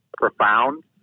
profound